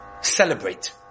celebrate